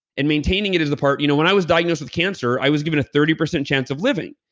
and maintaining it as a part. you know when i was diagnosed with cancer, i was given a thirty percent chance of living.